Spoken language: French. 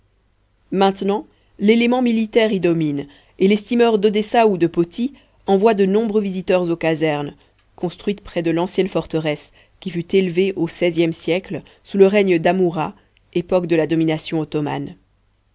maintenant l'élément militaire y domine et les steamers d'odessa ou de poti envoient de nombreux visiteurs aux casernes construites près de l'ancienne forteresse qui fut élevée au seizième siècle sous le règne d'amurah époque de la domination ottomane